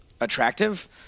attractive